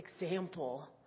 example